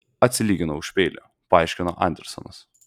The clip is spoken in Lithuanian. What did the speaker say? atsilyginau už peilį paaiškino andersonas